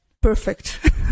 perfect